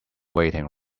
waiting